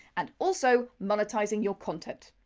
and also monetizing your content!